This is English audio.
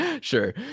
Sure